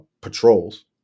patrols